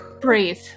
Breathe